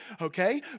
okay